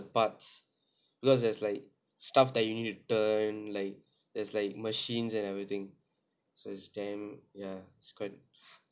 parts because there's like stuff that you need to turn like there's like machines and everything so it's damn ya it's quite